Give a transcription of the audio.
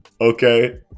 okay